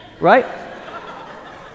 Right